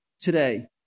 today